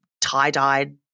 tie-dyed